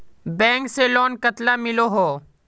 Bank से loan कतला मिलोहो?